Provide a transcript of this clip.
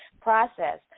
process